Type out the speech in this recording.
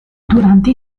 durante